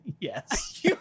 yes